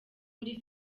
muri